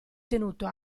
tenuto